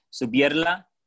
Subirla